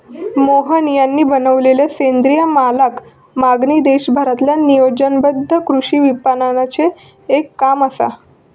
मोहन यांनी बनवलेलला सेंद्रिय मालाक मागणी देशभरातील्या नियोजनबद्ध कृषी विपणनाचे एक काम असा